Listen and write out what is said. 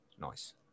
Nice